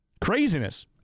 Craziness